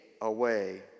away